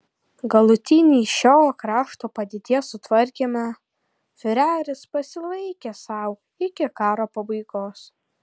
galutinį šio krašto padėties sutvarkymą fiureris pasilaikė sau iki karo pabaigos